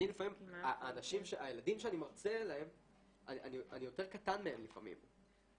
לפעמים אני יותר קטן מהילדים שאני מרצה להם,